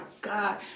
God